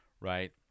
right